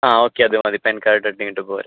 ആ ഓക്കെ അത് മതി പാൻ കാർഡ് പോര്